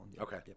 Okay